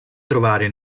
trovare